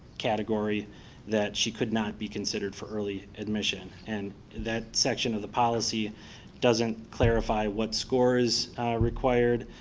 category that she could not be considered for early admission. and that section of the policy doesn't clarify what score is required.